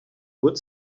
good